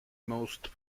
most